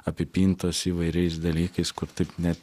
apipintos įvairiais dalykais kur tik net